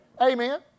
Amen